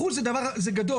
אחוז אחד זה הרבה, זה גדול.